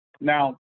Now